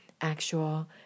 actual